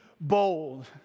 bold